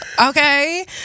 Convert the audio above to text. Okay